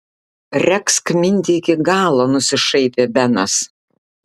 regzk mintį iki galo nusišaipė benas